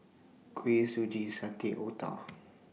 Kuih Suji Satay Otah